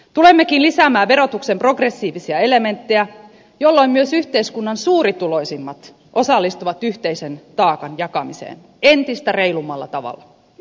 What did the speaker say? tulemmekin lisäämään verotuksen progressiivisia elementtejä jolloin myös yhteiskunnan suurituloisimmat osallistuvat yhteisen taakan jakamiseen entistä reilummalla tavalla